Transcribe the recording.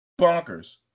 bonkers